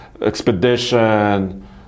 Expedition